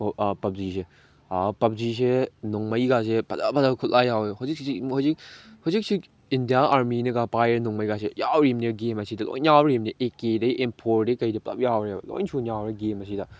ꯑꯣ ꯑꯥ ꯄꯞꯖꯤꯁꯦ ꯄꯞꯖꯤꯁꯦ ꯅꯣꯡꯃꯩꯒꯥꯁꯦ ꯐꯖ ꯐꯖꯕ ꯈꯨꯠꯂꯥꯏ ꯌꯥꯎꯏ ꯍꯧꯖꯤꯛꯁꯤ ꯏꯟꯗꯤꯌꯥꯟ ꯑꯥꯔꯃꯤꯅꯒ ꯄꯥꯏꯔꯤ ꯅꯣꯡꯃꯩꯒꯥꯁꯦ ꯌꯥꯎꯔꯤꯝꯅꯤ ꯒꯦꯝ ꯑꯁꯤꯗ ꯂꯣꯏ ꯌꯥꯎꯔꯤꯝꯅꯤ ꯑꯦ ꯀꯦꯗꯒꯤ ꯑꯦꯝ ꯐꯣꯔꯗꯒꯤ ꯀꯩꯗꯒꯤ ꯄꯨꯂꯞ ꯌꯥꯎꯔꯦꯕ ꯂꯣꯏ ꯁꯨꯅ ꯌꯥꯎꯔꯦ ꯒꯦꯝ ꯑꯁꯤꯗ